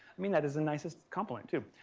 i mean that is the nicest compliment too.